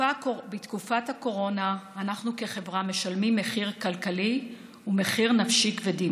בתקופת הקורונה אנחנו כחברה משלמים מחיר כלכלי ומחיר נפשי כבד.